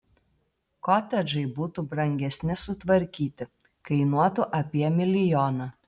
kotedžai būtų brangesni sutvarkyti kainuotų apie milijoną